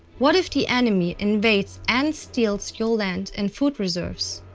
what if the enemy invades and steals your land and food reserves?